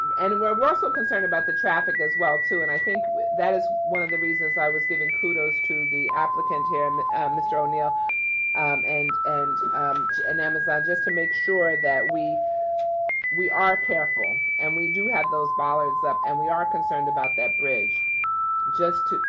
and we're we're also concerned about the traffic as well too. and i think that is one of the reasons i was giving kudos to the applicant here and um mr. o'neill um and and an amazon, just to make sure that we we are careful. and we do have those bollards up, and we are concerned about that bridge just